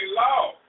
law